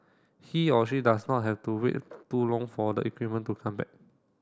he or she does not have to wait too long for the equipment to come back